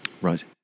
Right